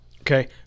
Okay